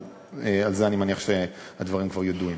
אבל בזה אני מניח שהדברים כבר ידועים.